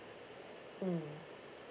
mm